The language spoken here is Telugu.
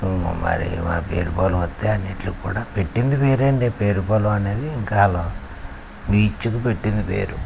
మరి మా పేరుపాలెం వస్తే అన్నింటికీ కూడా పెట్టింది వేరే అండి పేరుపాలెం అనేది ఇంకా వాళ్ళు బీచ్కు పెట్టింది పేరు